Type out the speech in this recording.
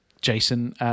Jason